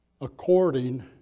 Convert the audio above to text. according